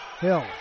Hill